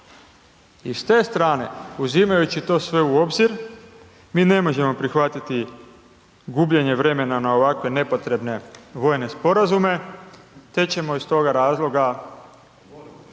I s te strane, uzimajući to sve u obzir, mi ne možemo prihvatiti gubljenje vremena na ovakve nepotrebne vojne sporazume, te ćemo iz toga razloga